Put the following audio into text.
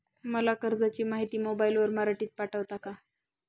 मला कर्जाची माहिती मोबाईलवर मराठीत पाठवता का?